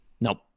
Nope